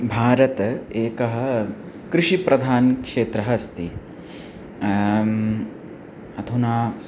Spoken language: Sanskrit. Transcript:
भारतम् एकं कृषिप्रधानं क्षेत्रम् अस्ति अधुना